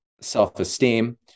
self-esteem